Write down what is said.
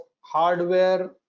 hardware